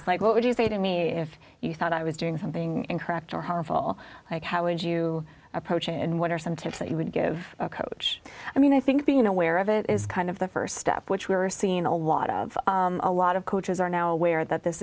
me like what would you say to me if you thought i was doing something incorrect or harmful like how would you approach it and what are some tips that you would give a coach i mean i think being aware of it is kind of the st step which we are seeing a lot of a lot of coaches are now aware that this